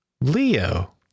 Leo